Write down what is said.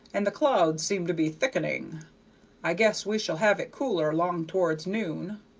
and the clouds seem to be thickening i guess we shall have it cooler long towards noon.